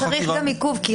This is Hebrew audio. אבל צריך גם נתונים על עיכוב.